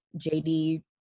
JD